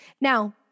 Now